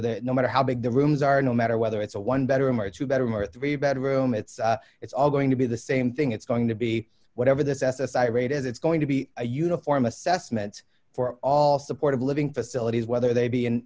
the no matter how big the rooms are no matter whether it's a one bedroom or two bedroom or three bedroom it's it's all going to be the same thing it's going to be whatever this s s i rate is it's going to be a uniform assessment for all supported living facilities whether they be in